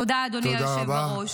תודה, אדוני היושב-ראש.